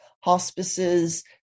hospices